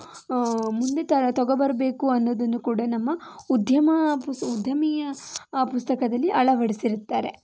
ಮುಂದೆ ತಗೊಂಡ್ಬರ್ಬೇಕು ಅನ್ನೋದನ್ನು ಇನ್ನು ಕೂಡ ನಮ್ಮ ಉದ್ಯಮ ಉದ್ಯಮಿಯ ಪುಸ್ತಕದಲ್ಲಿ ಅಳವಡಿಸಿರುತ್ತಾರೆ